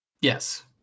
Yes